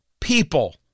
people